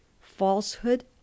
Falsehood